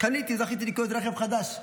זכיתי לקנות רכב חדש.